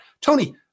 Tony